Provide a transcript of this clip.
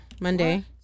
Monday